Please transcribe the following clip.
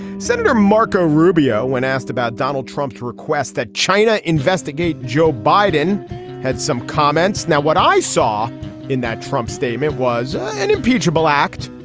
senator marco rubio when asked about donald trump's request that china investigate joe biden had some comments. now what i saw in that trump statement was an impeachable act.